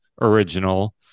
original